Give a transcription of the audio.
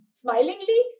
smilingly